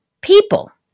people